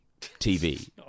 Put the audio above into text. TV